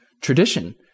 tradition